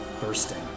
bursting